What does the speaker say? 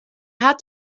hat